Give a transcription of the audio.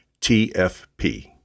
TFP